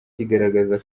rigaragaza